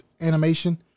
animation